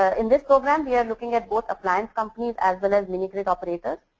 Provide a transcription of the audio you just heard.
ah in this program we are looking at both appliance companies as well as mini grid operators.